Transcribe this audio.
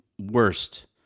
worst